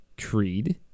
Creed